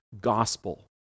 gospel